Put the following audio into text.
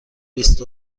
بیست